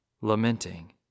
lamenting